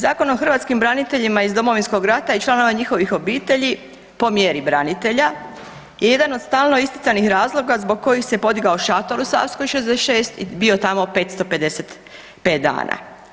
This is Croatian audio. Zakon o hrvatskim braniteljima iz Domovinskog rata i članova njihovih obitelji po mjeri branitelja je jedan od stalno isticanih razloga zbog kojih se podigao šator u Savskoj 66 i bio tamo 555 dana.